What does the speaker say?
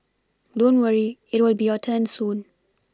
don't worry it will be your turn soon